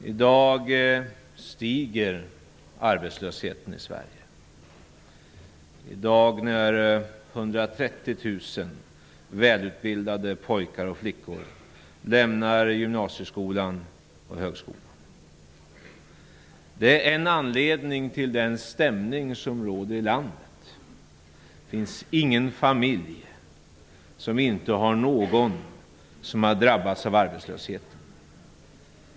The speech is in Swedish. I dag stiger arbetslösheten i Sverige, när 130 000 välutbildade pojkar och flickor lämnar gymnasieskolan och högskolan. Det är en anledning till den stämning som råder i landet. Det finns ingen familj som inte har någon som har drabbats av arbetslöshet.